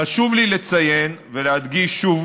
חשוב לי לציין ולהדגיש שוב